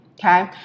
Okay